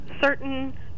certain